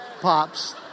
pops